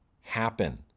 happen